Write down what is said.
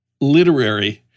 literary